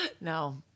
No